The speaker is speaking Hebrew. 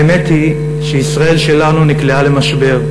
האמת היא שישראל שלנו נקלעה למשבר,